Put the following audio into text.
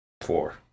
Four